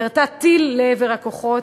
וירתה טיל לעבר הכוחות,